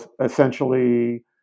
essentially